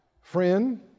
friend